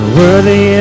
worthy